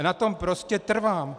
Na tom prostě trvám.